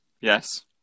yes